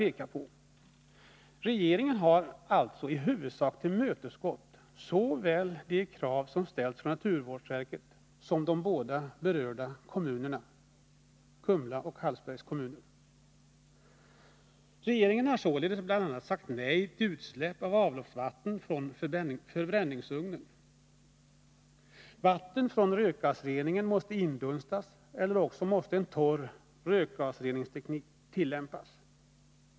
De krav som ställts såväl från naturvårdsverket som från de båda berörda kommunerna, Kumla och Hallsberg, har regeringen i huvudsak tillmötesgått. Regeringen har sålunda sagt nej till utsläpp av avloppsvatten från förbränningsugnen. Vatten från rökgasreningen måste indunstas, eller också måste en torr rökgasreningsteknik tillämpas.